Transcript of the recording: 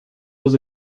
was